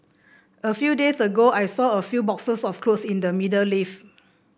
a few days ago I saw a few boxes of cloth in the middle lift